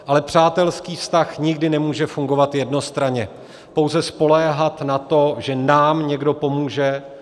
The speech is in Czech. Ale přátelský vztah nikdy nemůže fungovat jednostranně, pouze spoléhat na to, že nám někdo pomůže.